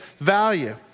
value